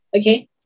okay